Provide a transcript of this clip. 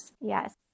Yes